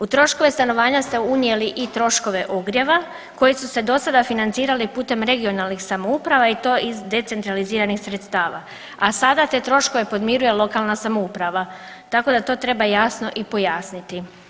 U troškove stanovanja ste unijeli i troškove ogrjeva koji su se dosada financirali putem regionalnih samouprava i to iz decentraliziranih sredstava, a sada te troškove podmiruje lokalna samouprava, tako da to treba jasno i pojasniti.